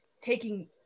taking